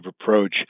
approach